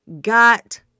got